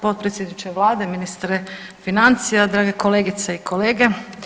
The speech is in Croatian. Potpredsjedniče Vlade, ministre financija, drage kolegice i kolege.